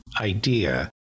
idea